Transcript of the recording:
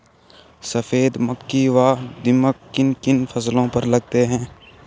सफेद मक्खी व दीमक किन किन फसलों पर लगते हैं?